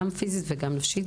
גם פיזית וגם נפשית,